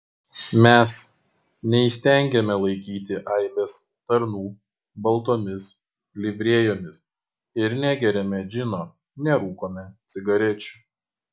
mes neįstengiame laikyti aibės tarnų baltomis livrėjomis ir negeriame džino nerūkome cigarečių